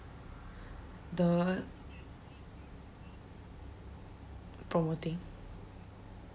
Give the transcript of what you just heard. the promoting